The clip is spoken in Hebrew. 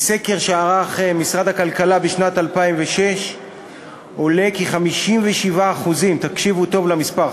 מסקר שערך משרד הכלכלה בשנת 2006 עולה כי 57% תקשיבו טוב למספר,